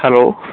hello